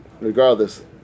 regardless